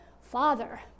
Father